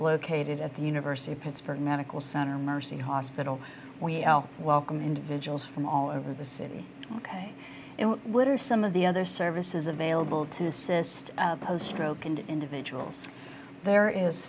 located at the university of pittsburgh medical center mercy hospital we welcome individuals from all over the city ok and what are some of the other services available to assist stroke and individuals there is